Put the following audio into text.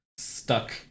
stuck